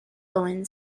owen